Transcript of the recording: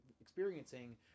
experiencing